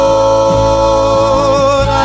Lord